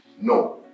No